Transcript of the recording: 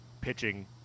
pitching